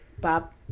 Bob